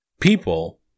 People